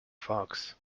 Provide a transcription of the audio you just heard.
fox